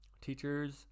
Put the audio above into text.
teachers